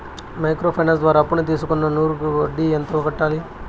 Micro finance ద్వారా అప్పును తీసుకున్న నూరు కి వడ్డీ ఎంత కట్టాలి?